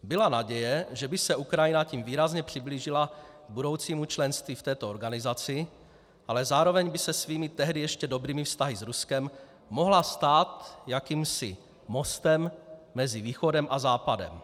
Byla naděje, že by se Ukrajina tím výrazně přiblížila k budoucímu členství v této organizaci, ale zároveň by se se svými tehdy ještě dobrými vztahy s Ruskem mohla stát i jakýmsi mostem mezi Východem a Západem.